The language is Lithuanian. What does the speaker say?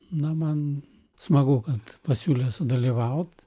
na man smagu kad pasiūlė sudalyvaut